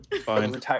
fine